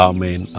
Amen